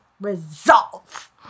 resolve